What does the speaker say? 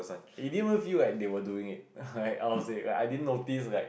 it didn't even feel like they were doing it like I was eh I didn't notice like